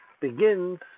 begins